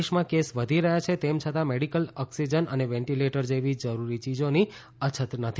દેશમાં કેસ વધી રહ્યા છે તેમ છતાં મેડિકલ ઓક્સિજન અને વેન્ટિલેટર જેવી જરૂરી ચીજોની અછત નથી